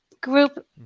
group